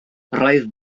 roedd